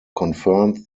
confirms